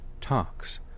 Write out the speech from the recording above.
talks